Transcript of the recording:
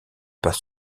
par